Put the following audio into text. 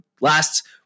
last